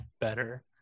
better